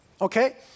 Okay